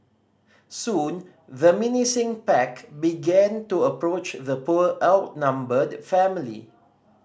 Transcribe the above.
soon the menacing pack began to approach the poor outnumbered family